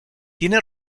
tiene